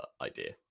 idea